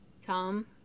Tom